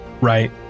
right